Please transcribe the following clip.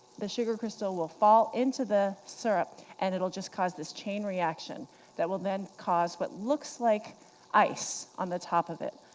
the sugar crystal will fall into the syrup and it'll just cause this chain reaction that will then cause what looks like ice on the top of it.